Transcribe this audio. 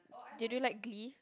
do you like Glee